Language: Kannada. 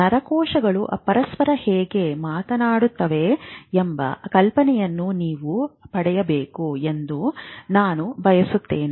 ನರಕೋಶಗಳು ಪರಸ್ಪರ ಹೇಗೆ ಮಾತನಾಡುತ್ತವೆ ಎಂಬ ಕಲ್ಪನೆಯನ್ನು ನೀವು ಪಡೆಯಬೇಕು ಎಂದು ನಾನು ಭಾವಿಸುತ್ತೇನೆ